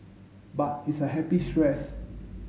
but it's a happy stress